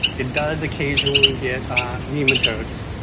it does occasionally get nematodes.